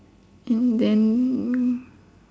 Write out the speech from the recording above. and then